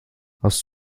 hast